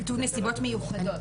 כתוב "נסיבות מיוחדות",